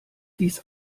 dies